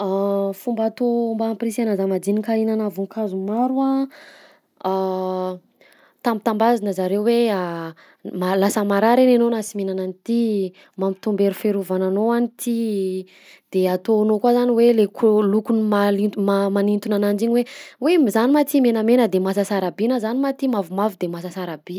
Fomba atao mba hampirisihana zamadinika hihinana voankazo maro a: tambitambazigna zareo hoe ma- lasa marary anie anao na sy mihinana an'ty, mampitombo hery fiarovana anao any ty; de ataonao koa zany hoe le ko- lokony mahalinto- ma- manintona ananjy iny hoe: oy, zany ma ty menamena de masasara bi, na zany ma ty mavomavo de masasara bi.